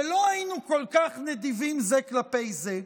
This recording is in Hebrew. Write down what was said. ולא היינו כל כך נדיבים זה כלפי זה.